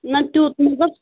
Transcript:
نہ تیوٗت نہٕ مطلب